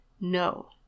No